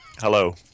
Hello